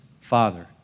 Father